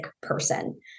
person